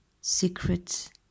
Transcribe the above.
secret